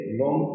long